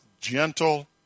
gentle